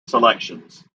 selections